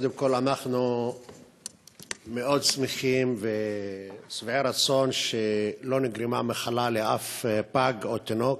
קודם כול אנחנו מאוד שמחים ושבעי רצון שלא נגרמה מחלה לאף פג או תינוק,